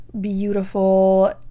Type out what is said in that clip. beautiful